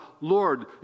Lord